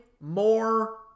more